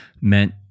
meant